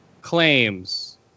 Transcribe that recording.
claims